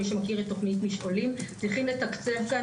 מי שמכיר את תכנית "משעולים", צריכים לתקצב כאן.